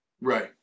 Right